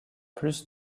plus